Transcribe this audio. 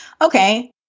Okay